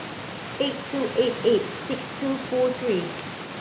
eight two eight eight six two four three